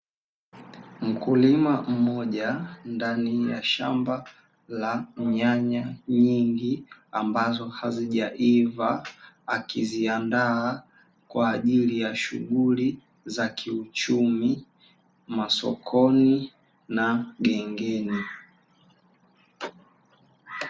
Mkulima mmoja ndani ya shamba, la nyanya nyingi ambazo hazijaiva, akiziandaa kwa ajili ya shughuli za kiuchumi, masokoni na gengeni